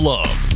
Love